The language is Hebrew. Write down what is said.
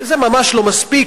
שזה ממש לא מספיק,